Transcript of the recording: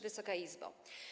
Wysoka Izbo!